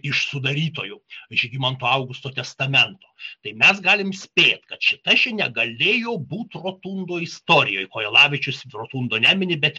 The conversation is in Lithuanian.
iš sudarytojų žygimanto augusto testamento tai mes galim spėt kad šita žinia galėjo būt rotundo istorijoj kojelavičius rotundo nemini bet